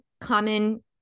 common